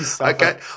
Okay